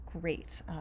great